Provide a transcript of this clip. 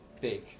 big